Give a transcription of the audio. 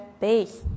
base